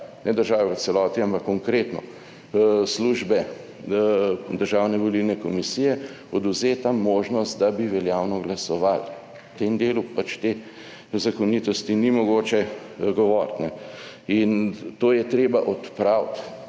ne države v celoti, ampak konkretno, službe Državne volilne komisije odvzeta možnost, da bi veljavno glasovali. V tem delu pač te zakonitosti ni mogoče govoriti in to je treba odpraviti.